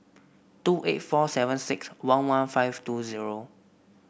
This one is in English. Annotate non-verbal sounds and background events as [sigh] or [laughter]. [noise] two eight four seven six one one five two zero